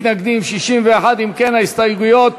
מתנגדים, 61. אם כן, ההסתייגויות